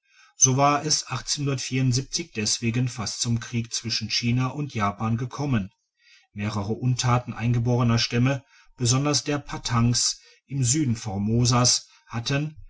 so wäre es deswegen fast zum kriege zwischen china und japan gekommen mehrere untaten eingeborener stämme besonders der pattangs im süden formosas hatten